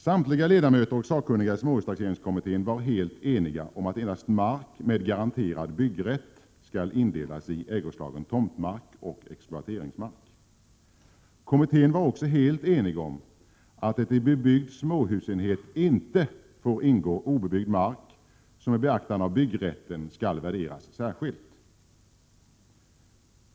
Samtliga ledamöter och sakkunniga i småhustaxeringskommittén var helt eniga om att endast mark med garanterad byggrätt skall indelas i ägoslagen tomtmark och exploateringsmark. Kommittén var också helt enig om att det i bebyggd småhusenhet inte får ingå obebyggd mark som med beaktande av byggrätten skall värderas särskilt.